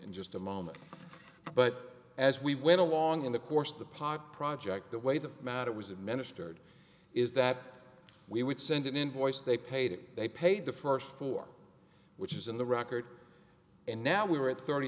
in just a moment but as we went along in the course of the pot project the way the matter was administered is that we would send an invoice they paid they paid the first four which is in the record and now we